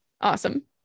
awesome